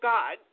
God